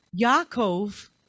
Yaakov